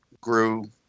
grew